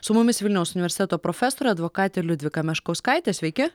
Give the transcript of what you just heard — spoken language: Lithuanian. su mumis vilniaus universiteto profesorė advokatė liudvika meškauskaitė sveiki